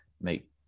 make